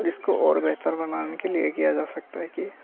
इसको और बेहतर बनाने के लिए ये किया जा सकता है कि